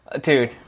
dude